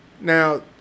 now